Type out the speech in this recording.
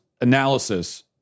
analysis